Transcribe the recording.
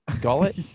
gullet